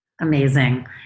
Amazing